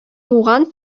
туган